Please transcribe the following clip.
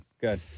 Good